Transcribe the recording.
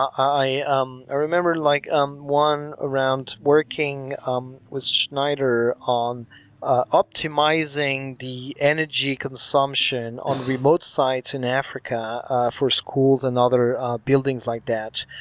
i um remember like um one around working um with schneider on ah optimizing the energy consumption on remote sites in africa for schools and other buildings like that.